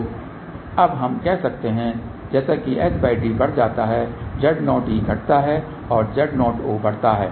तो अब हम कह सकते हैं कि जैसे ही sd बढ़ जाता है Z0e घटता जाता है और Z0o बढ़ता जाता है